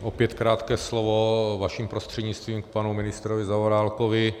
Opět krátké slovo, vaším prostřednictvím k panu ministrovi Zaorálkovi.